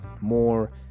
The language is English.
more